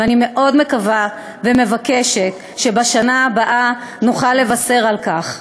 ואני מאוד מקווה ומבקשת שבשנה הבאה נוכל לבשר על כך.